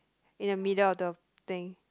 in the middle of the thing